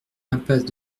impasse